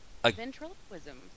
Ventriloquism